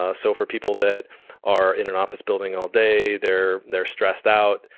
ah so for people that are in an office building all day, they're they're stressed out,